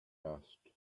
asked